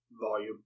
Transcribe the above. volume